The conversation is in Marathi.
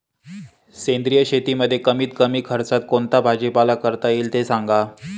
सेंद्रिय शेतीमध्ये कमीत कमी खर्चात कोणता भाजीपाला करता येईल ते सांगा